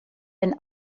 ein